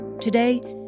Today